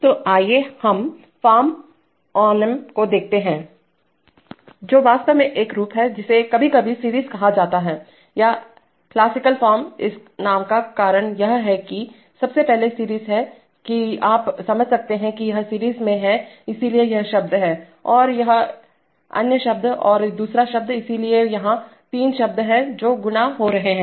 तो आइए हम फॉर्म ओनेम को देखते हैं जो वास्तव में एक रूप है जिसे कभी कभी सीरीज कहा जाता है या क्लासिकल फॉर्म इस नाम का कारण यह है कि सबसे पहले सीरीज है कि आप समझ सकते हैं कि यह सीरीज में है इसलिए यह एक शब्द है और यह है अन्य शब्द और यह दूसरा शब्द है इसलिए यहाँ तीन शब्द हैं जो गुना हो रहे हैं